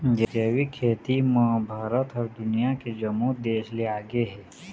जैविक खेती म भारत ह दुनिया के जम्मो देस ले आगे हे